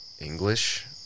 English